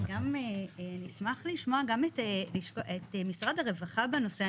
וגם אני אשמח לשמוע גם את משרד הרווחה בנושא.